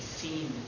seen